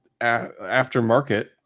aftermarket